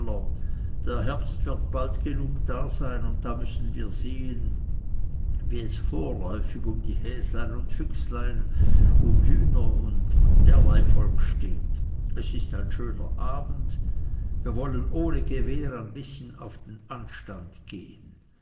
der herbst wird bald genug dasein und da müssen wir sehen wie es vorläufig um die häslein und füchslein um hühner und derlei volk steht es ist ein schöner abend wir wollen ohne gewehr ein bißchen auf den anstand gehen